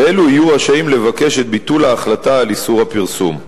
ואלו יהיו רשאים לבקש את ביטול ההחלטה על איסור הפרסום.